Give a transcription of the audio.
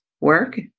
work